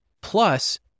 plus